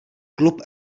klub